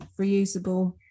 reusable